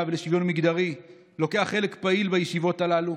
ולשוויון מגדרי לוקח חלק פעיל בישיבות הללו.